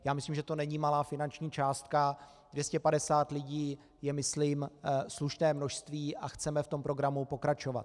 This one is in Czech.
Já myslím, že to není malá finanční částka, 250 lidí je myslím slušné množství a chceme v tom programu pokračovat.